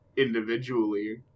individually